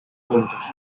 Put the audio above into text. puntos